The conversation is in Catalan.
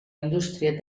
indústria